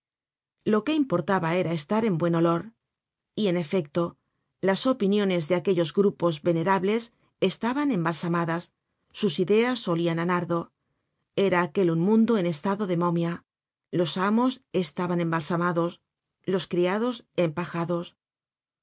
lo que importaba era estar en buen olor y en efecto las opiniones de aquellos grupos venerables estaban embalsamadas sus ideas olian á nardo era aquel un mundo en estado de momia los amos estaban embalsamados los criados empajados